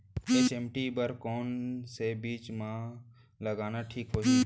HMT बर कौन से बीज मा लगाना ठीक होही?